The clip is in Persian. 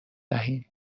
دهیم